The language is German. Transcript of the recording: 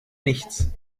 nichts